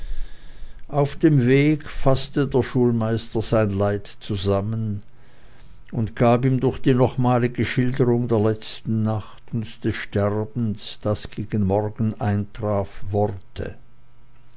auf dem wege faßte der schulmeister sein leid zusammen und gab ihm durch die nochmalige schilderung der letzten nacht und des sterbens das gegen morgen eintraf worte